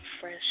fresh